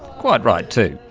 quite right too!